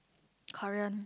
Korean